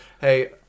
Hey